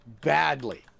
badly